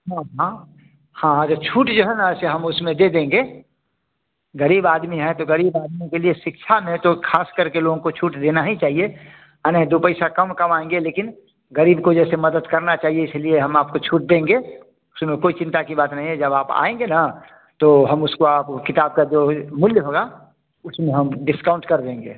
हाँ हाँ हाँ हाँ तो छूट जो है ना सो हम उसमें दे देंगे ग़रीब आदमी हैं तो ग़रीब आदमी के लिए सिक्षा में तो ख़ास करके लोगों को छूट देना ही चाहिए हाँ नहीं दो पैसा कम कमाएँगे लेकिन ग़रीब को जैसे मदद करना चाहिए इसी लिए हम आपको छूट देंगे उसमें कोई चिंता की बात नहीं है जब आप आएँगे ना तो हम उसको आप किताब का जो भी मूल्य होगा उसमें हम डिस्काउंट कर देंगे